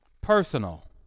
personal